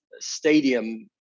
stadium